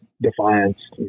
defiance